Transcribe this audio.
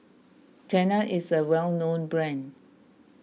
Tena is a well known brand